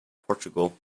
portugal